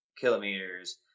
kilometers